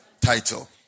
Title